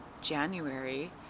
January